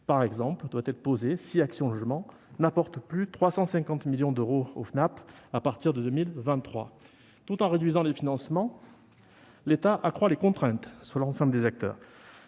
par exemple, être posée, si Action Logement n'apporte plus 350 millions d'euros au FNAP à partir de 2023. Tout en réduisant les financements, l'État accroît les contraintes pesant sur l'ensemble des acteurs